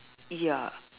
ya